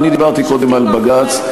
אני דיברתי קודם על בג"ץ.